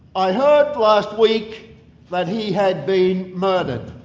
i heard last week that he had been murdered.